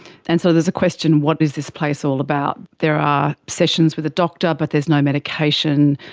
and so there's a question what is this place all about? there are sessions with a doctor but there's no medication.